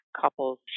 couples